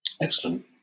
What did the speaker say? Excellent